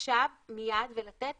עכשיו מיד ולתת